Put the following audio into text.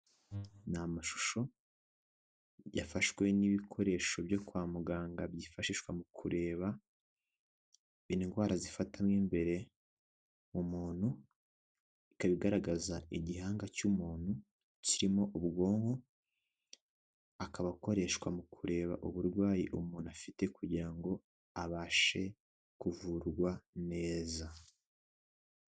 Ni amashusho yafashwe n'ibikoresho byo kwa muganga byifashishwa mu kureba indwara zifata mo nk'imbere mu muntu, ikaba igaragaza igihanga cy'umuntu kirimo ubwonko akaba akoreshwa mu kureba uburwayi umuntu afite kugira ngo abashe kuvurwa neza.